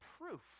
proof